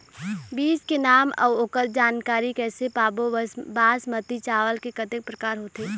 बीज के नाम अऊ ओकर जानकारी कैसे पाबो बासमती चावल के कतेक प्रकार होथे?